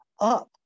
up